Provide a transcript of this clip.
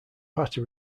patty